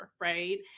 right